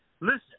listen